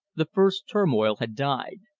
the first turmoil had died.